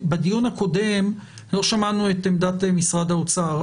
בדיון הקודם לא שמענו את עמדת משרד האוצר,